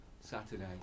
Saturday